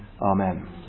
Amen